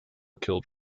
killed